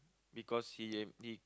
because he uh he